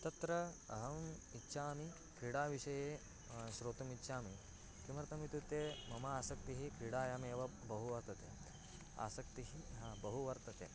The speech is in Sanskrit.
तत्र अहम् इच्छामि क्रीडाविषये श्रोतुमिच्छामि किमर्थमित्युक्ते मम आसक्तिः क्रीडायामेव बहु वर्तते आसक्तिः बहु वर्तते